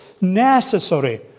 necessary